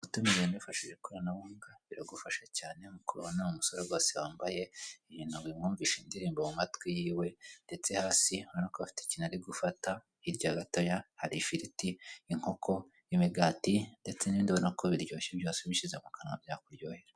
Gutuma ibintu wifashishije ikoranabuhanga biragufasha cyane nkuko ubibona hari umusore rwose wambaye ibintu bimwumvisha indirimbo mu matwi yiwe ndetse hasi urabona ko afite ikintu ari gufata hirya gatoya hari ifiriti, inkoko, imigati ndetse n'ibindi ubona ko biryoshye byose ubishyize mu kanwa byakuryohera.